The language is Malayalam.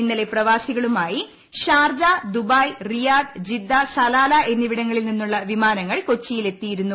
ഇന്നലെ പ്രവാസികളുമായി Sharjah Dubai Riyadh Jeddah Salalah എന്നിവിടങ്ങളിൽ നിന്നുള്ള വിമാനങ്ങൾ കൊച്ചിയിൽ എത്തിയിരുന്നു